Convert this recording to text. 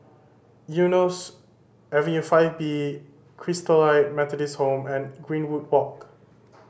Eunos Avenue Five B Christalite Methodist Home and Greenwood Walk